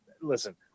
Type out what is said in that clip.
listen